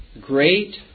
great